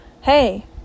hey